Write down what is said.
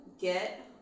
get